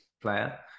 player